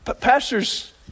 Pastors